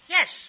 Yes